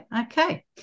Okay